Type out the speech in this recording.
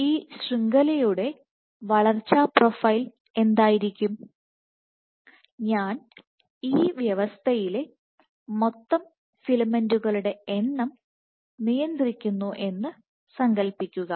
ഈ ശൃംഖലയുടെ വളർച്ചാ പ്രൊഫൈൽ എന്തായിരിക്കും ഞാൻ ഈ വ്യവസ്ഥയിലെ മൊത്തം ഫിലമെന്റുകളുടെ എണ്ണം നിയന്ത്രിക്കുന്നു എന്ന് സങ്കൽപ്പിക്കുക